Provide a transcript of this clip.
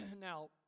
Now